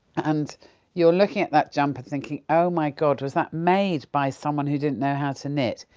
and you're looking at that jumper thinking, oh my god, was that made by someone who didn't know how to knit?